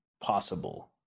possible